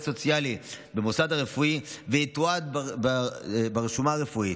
סוציאלי במוסד רפואי ויתועד ברשומה הרפואית,